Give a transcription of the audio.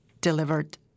delivered